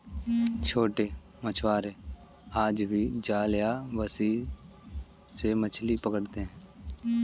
छोटे मछुआरे आज भी जाल या बंसी से मछली पकड़ते हैं